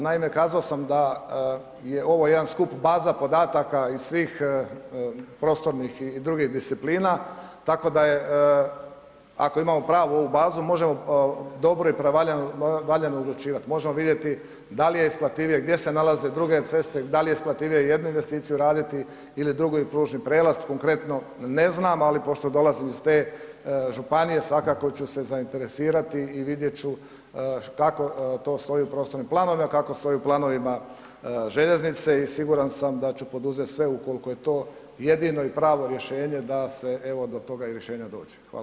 Naime, kazao sam da je ovo jedan skup baza podataka iz svih prostornih i drugih disciplina, tako da je, ako imamo pravu ovu bazu možemo dobro i pravovaljano odlučivati, možemo vidjeti da li je isplativije, gdje se nalaze druge ceste, da li je isplativije jednu investiciju raditi ili drugu i pružni prijelaz, konkretno, ne znam, ali pošto dolazim iz te županije, svakako ću se zainteresirati i vidjet ću kako to stoji u prostornim planovima, kako stoji u planovima željeznice i siguran sam da ću poduzeti sve ukoliko je to jedino i pravo rješenje da se evo, do toga rješenja i dođe.